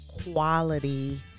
quality